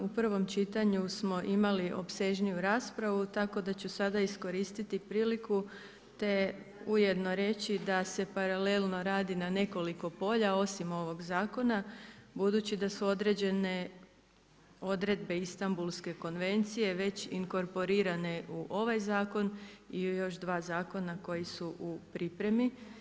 U prvom čitanju smo imali opsežniju raspravu, tako da ću sada iskoristiti priliku te ujedno reći da se paralelno radi na nekoliko polja, osim ovog zakona, budući da su određene odredbe Istambulske konvencije već inkorporirane u ovaj zakon i još 2 zakona koji su u pripremi.